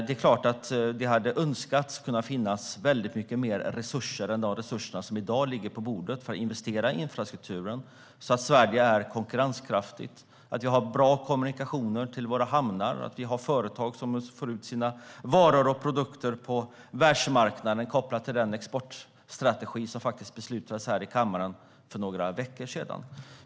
Det är klart att man hade önskat att det fanns mer resurser än de som i dag finns för att investera i infrastrukturen så att Sverige är konkurrenskraftigt och så att vi har bra kommunikationer till våra hamnar och företag som får ut sina varor och produkter på världsmarknaden mot bakgrund av den exportstrategi som beslutades här i kammaren för några veckor sedan.